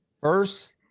first